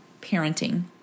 parenting